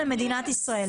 למדינת ישראל?